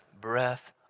breath